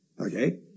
okay